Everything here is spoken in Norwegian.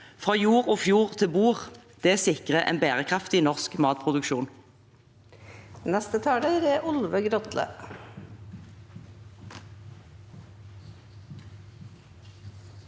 «Fra jord og fjord til bord» sikrer en bærekraftig norsk matproduksjon.